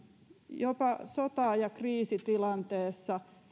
jopa sota ja kriisitilanteessa